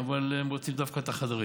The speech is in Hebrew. אבל הם רוצים דווקא את החדרים.